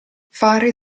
fare